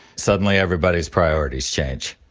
suddenly, everybody's priorities change